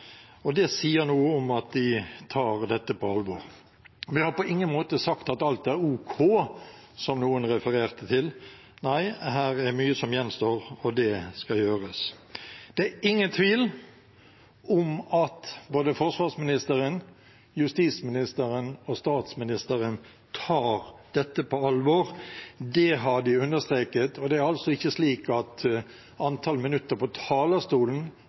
og det sier noe om at de tar dette på alvor. Vi har på ingen måte sagt at alt er ok, som noen refererte til. Nei, her er det mye som gjenstår, og det skal gjøres. Det er ingen tvil om at både forsvarsministeren, justisministeren og statsministeren tar dette på alvor. Det har de understreket, og det er altså ikke slik at antall minutter på talerstolen